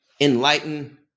enlighten